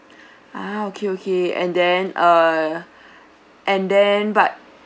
ah okay okay and then err and then but